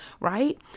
right